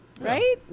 Right